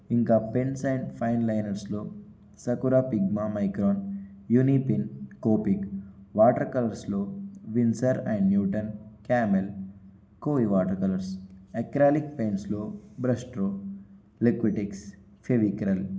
ఇంకా pens and fine లైనర్స్లో Sakura Pigma Micron Unipin Copic water కలర్స్లో విన్సర్ అండ్ న్యూటన్ క్యామెల్ కోవి water colours acrylic పెయిన్స్లో బ్రష్ట్రో లిక్విటిక్స్ ఫెవిక్రల్